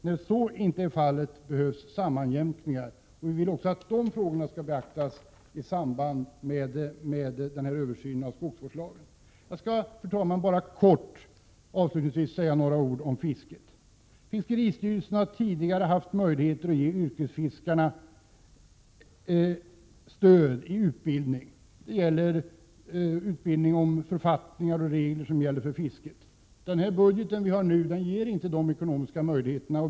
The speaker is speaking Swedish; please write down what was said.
När så inte är fallet behövs sammanjämkningar. Vi vill också att de frågorna skall beaktas i samband med en översyn av skogsvårdslagen. Fru talman! Jag skall avslutningsvis säga några ord om fisket. Fiskeristyrelsen har tidigare haft möjligheter att ge yrkesfiskarna stöd i form av utbildning. Det har gällt utbildning om författningar och regler för fisket. Den budget vi har nu ger inte de ekonomiska möjligheterna.